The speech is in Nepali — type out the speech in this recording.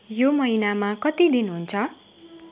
यो महिनामा कति दिन हुन्छ